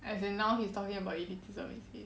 as in now he's talking about elitism is it